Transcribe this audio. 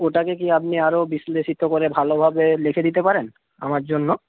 ওটাকে কি আপনি আরও বিশ্লেষিত করে ভালোভাবে লিখে দিতে পারেন আমার জন্য